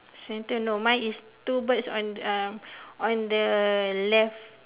centre no mine is two birds on uh on the left